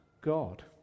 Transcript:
God